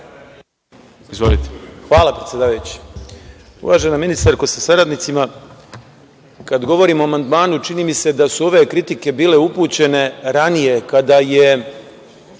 Jovanović** Hvala predsedavajući. Uvažena ministarko sa saradnicima, kada govorimo o amandmanu, čini mi se da su ove kritike bile upućene ranije kada je